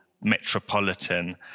metropolitan